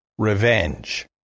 Revenge